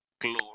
Glory